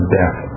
death